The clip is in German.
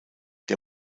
der